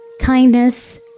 kindness